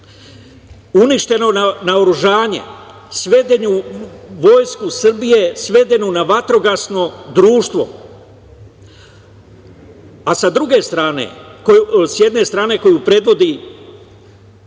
uništeno naoružanje, Vojsku Srbije svedenu na vatrogasno društvo, a sa druge strane, s jedne strane koju predvodi